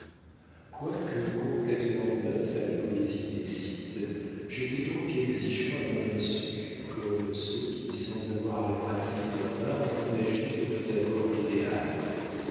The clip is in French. quoique complétement neuf à la poésie des sites j'étais donc exigeant à mon insu comme ceux qui sans avoir la pratique d'un art en imaginent tout d'abord l'idéal